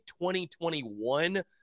2021